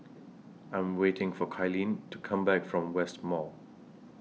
I'm waiting For Kaylene to Come Back from West Mall